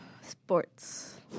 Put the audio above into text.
sports